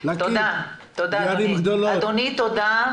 אדוני תודה.